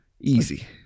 easy